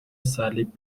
صلیب